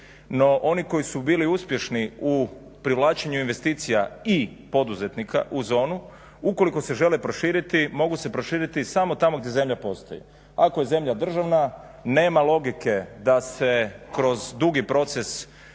oni koji su bili uspješni u privlačenju investicija i poduzetnika u zonu, ukoliko se žele proširiti mogu se proširiti samo tamo gdje zemlja postoji. Ako je zemlja državna, nema logike da se kroz dugi proces